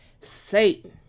Satan